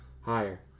Higher